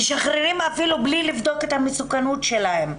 אפילו בלי לבדוק את המסוכנות שלהם.